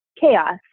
chaos